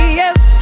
yes